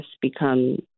become